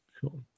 Cool